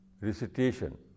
recitation